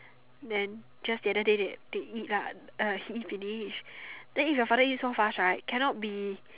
then just the other day they they eat lah he eat finish then if the father eat so fast right cannot be